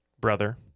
brother